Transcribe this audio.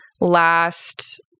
last